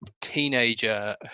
teenager